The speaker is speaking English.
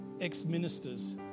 ex-ministers